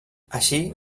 així